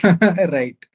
Right